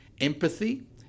empathy